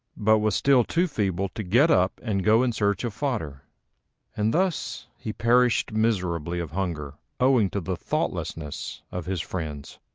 but was still too feeble to get up and go in search of fodder and thus he perished miserably of hunger owing to the thoughtlessness of his friends.